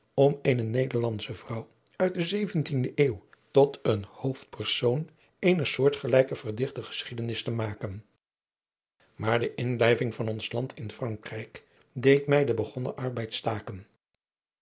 om eene nederlandsche vrouw uit de zeventiende eeuw tot een hoofdpersoon eener soortgelijke verdichte geschiedenis te maken maar de inlijving van ons land in frankrijk deed mij den begonnen arbeid staken